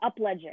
Upledger